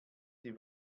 die